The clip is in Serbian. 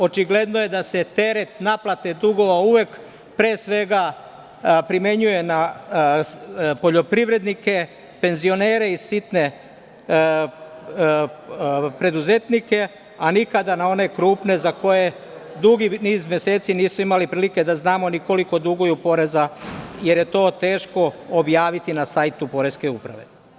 Očigledno je da se teret naplate dugova uvek pre svega primenjuje na poljoprivrednike, penzionere i sitne preduzetnike, a nikada na ove krupne za koje dugi niz meseci nismo imali prilike da znamo ni koliko duguju poreza, jer je to teško objaviti na sajtu Poreske uprave.